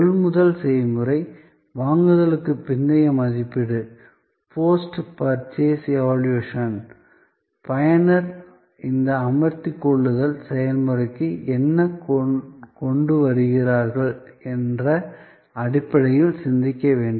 கொள்முதல் செயல்முறை வாங்குதலுக்கு பிந்தைய மதிப்பீடு பயனர் இந்த அமர்த்திக் கொள்ளுதல் செயல்முறைக்கு என்ன கொண்டு வருகிறார்கள் என்ற அடிப்படையில் சிந்திக்க வேண்டும்